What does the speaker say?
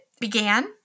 began